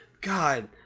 God